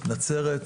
נצרת,